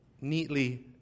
neatly